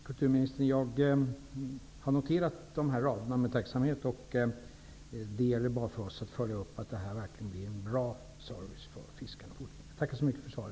Herr talman! Jag har med tacksamhet noterat dessa rader. Det gäller bara för oss att se till att det verkligen blir en bra service för fiskare.